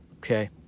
okay